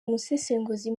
umusesenguzi